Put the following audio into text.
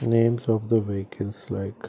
names of the vehicles like